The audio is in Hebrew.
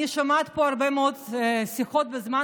אני שומעת פה הרבה מאוד שיחות בזמן